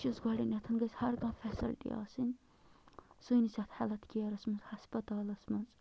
وٕچھ حظ گۄڈٕنٮ۪تھ گژھِ ہر کانٛہہ فٮ۪سَلٹی آسٕنۍ سٲنِس یَتھ ہٮ۪لٕتھ کِیرَس منٛز ہَسپَتالَس منٛز